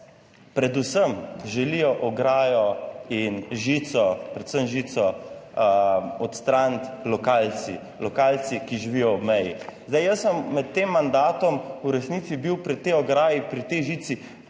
predvsem želijo ograjo in žico, predvsem žico odstraniti lokalci, lokalci, ki živijo ob meji. Zdaj, jaz sem med tem mandatom v resnici bil pri tej ograji, pri tej žici,